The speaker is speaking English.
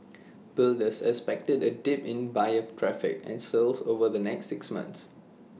builders expected A dip in buyer traffic and sales over the next six months